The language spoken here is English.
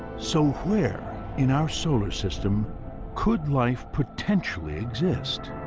so, where in our solar system could life potentially exist?